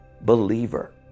believer